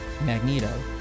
Magneto